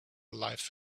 life